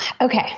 Okay